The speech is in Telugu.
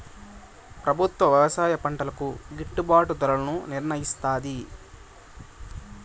ప్రభుత్వం వ్యవసాయ పంటలకు గిట్టుభాటు ధరలను నిర్ణయిస్తాది